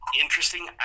interesting